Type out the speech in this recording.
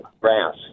grass